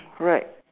right